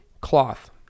cloth